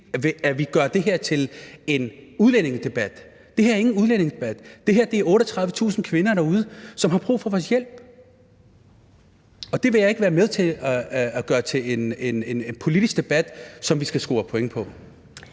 at vi gør det her til en udlændingedebat. Det her er ingen udlændingedebat. Det her handler om 38.000 kvinder derude, som har brug for vores hjælp, og det vil jeg ikke være med til at gøre til en politisk debat, som vi skal score point på.